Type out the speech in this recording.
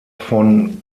von